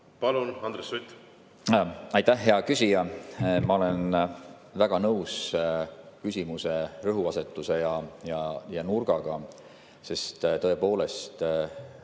Palun, Andres Sutt! Aitäh, hea küsija! Ma olen väga nõus küsimuse rõhuasetuse ja nurgaga, sest tõepoolest,